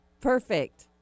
Perfect